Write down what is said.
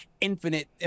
infinite